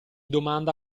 domanda